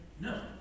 No